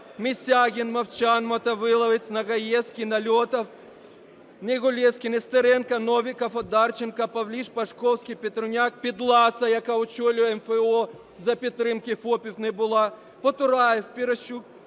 Мисягін, Мовчан, Мотовиловець, Нагаєвський, Нальотов, Негулевський, Нестеренко, Новіков, Одарченко, Павліш, Пашковський, Петруняк. Підласа, яка очолює МФО за підтримку ФОПів, не була. Потураєв, Прощук,